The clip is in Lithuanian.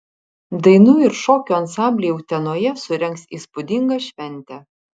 dainų ir šokių ansambliai utenoje surengs įspūdingą šventę